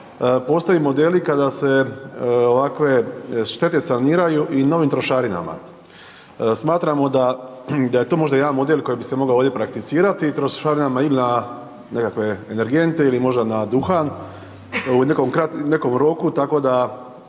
Postoje modeli kada se ovakve štete saniraju i novim trošarinama. Smatramo da je to možda jedan model koji bi se mogao ovdje prakcitirati, trošarinama ili na nekakve energente ili možda na duhan u nekom kratkom